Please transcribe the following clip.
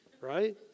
right